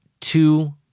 two